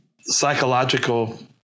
psychological